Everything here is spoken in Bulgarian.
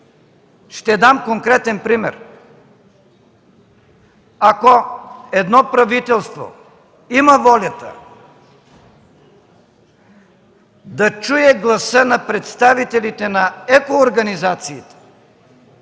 Ще дам конкретен пример. Ако едно правителство има волята да чуе гласа на представителите на екоорганизациите